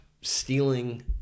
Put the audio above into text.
stealing